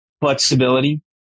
Flexibility